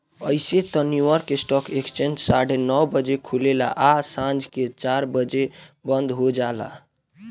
अइसे त New York stock exchange साढ़े नौ बजे खुलेला आ सांझ के चार बजे बंद हो जाला